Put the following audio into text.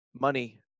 money